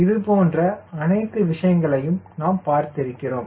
இது போன்ற அனைத்து விஷயங்களையும் நாம் பார்த்திருக்கிறோம்